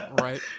right